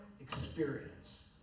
Experience